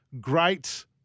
great